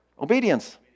Obedience